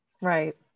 right